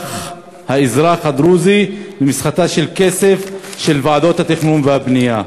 האזרח הדרוזי נהפך למסחטה של כסף של ועדות התכנון והבנייה.